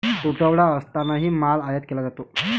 तुटवडा असतानाही माल आयात केला जातो